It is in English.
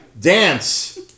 dance